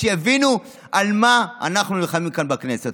כדי שיבינו על מה אנחנו נלחמים כאן בכנסת.